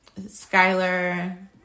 Skyler